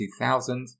2000